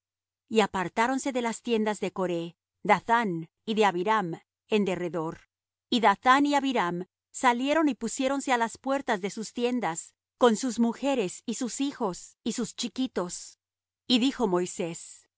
y apartáronse de las tiendas de coré de dathán y de abiram en derredor y dathán y abiram salieron y pusiéronse á las puertas de sus tiendas con sus mujeres y sus hijos y sus chiquitos y dijo moisés